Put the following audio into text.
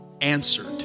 answered